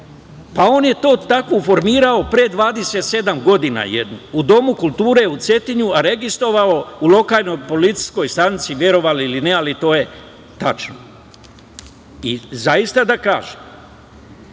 Pa, on je to tako formirao pre 27 godina u Domu kulture u Cetinju, a registrovao u lokalnoj policijskoj stanici, verovali ili ne, ali to je tačno. Zaista da kažem,